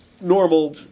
normal